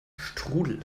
strudel